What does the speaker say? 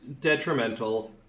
detrimental